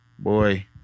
Boy